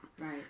Right